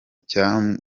cyatumiwemo